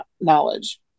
knowledge